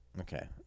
Okay